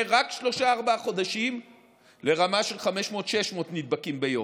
שלושה-ארבעה חודשים לרמה של 600-500 נדבקים ביום.